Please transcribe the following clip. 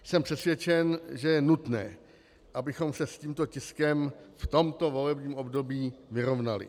Jsem přesvědčen, že je nutné, abychom se s tímto tiskem v tomto volebním období vyrovnali.